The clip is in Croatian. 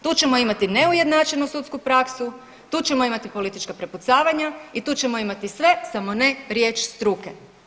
Tu ćemo imati neujednačenu sudsku praksu, tu ćemo imati politička prepucavanja i tu ćemo imati sve samo ne riječ struke.